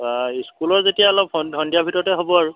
বা স্কুলৰ যেতিয়া অলপ স সন্ধিয়াৰ ভিতৰতে হ'ব আৰু